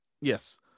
Yes